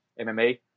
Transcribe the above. MMA